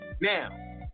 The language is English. Now